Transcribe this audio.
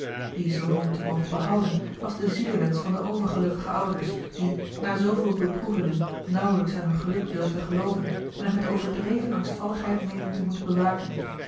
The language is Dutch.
die zoon nu te mogen behouden was de zielewensch van de overgelukkige ouders die na zooveel beproevingen nauwelijks aan hun geluk durfden gelooven en het met overdreven angstvalligheid meenden te moeten bewaken